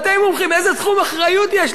איזה תחום אחריות יש לו בכלל?